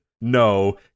no